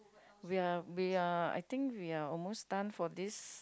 we're we're I think we are almost done for this